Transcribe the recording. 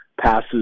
passes